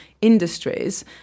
industries